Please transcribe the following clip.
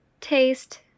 taste